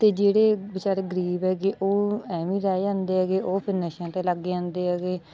ਅਤੇ ਜਿਹੜੇ ਵਿਚਾਰੇ ਗਰੀਬ ਹੈਗੇ ਉਹ ਐਵੇਂ ਰਹਿ ਜਾਂਦੇ ਹੈਗੇ ਉਹ ਫਿਰ ਨਸ਼ਿਆਂ 'ਤੇ ਲੱਗ ਜਾਂਦੇ ਹੈਗੇ